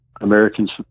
Americans